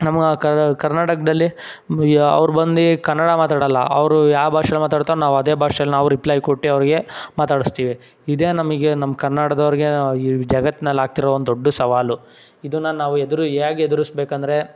ನಮ್ಗೆ ಆ ಕರ್ನಾಟಕದಲ್ಲಿ ಬ್ ಅವ್ರು ಬಂದು ಕನ್ನಡ ಮಾತಾಡೋಲ್ಲ ಅವರು ಯಾವ ಭಾಷೇಲಿ ಮಾತಾಡ್ತಾರೋ ನಾವು ಅದೇ ಭಾಷೇಲಿ ನಾವು ರಿಪ್ಲೈ ಕೊಟ್ಟು ಅವ್ರಿಗೆ ಮಾತಾಡಿಸ್ತೀವಿ ಇದೇ ನಮಗೆ ನಮ್ಮ ಕನ್ನಡದವ್ರ್ಗೆ ಈ ಜಗತ್ನಲ್ಲಿ ಆಗ್ತಿರೋ ಒಂದು ದೊಡ್ಡ ಸವಾಲು ಇದನ್ನ ನಾವು ಎದುರು ಹೇಗ್ ಎದುರಿಸ್ಬೇಕಂದ್ರೆ